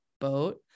boat